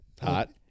Hot